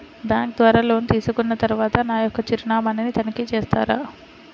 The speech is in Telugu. బ్యాంకు ద్వారా లోన్ తీసుకున్న తరువాత నా యొక్క చిరునామాని తనిఖీ చేస్తారా?